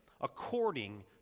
according